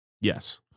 Yes